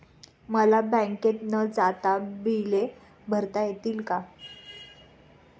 मला बँकेत न जाता बिले भरता येतील का?